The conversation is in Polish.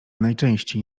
najczęściej